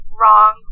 wrong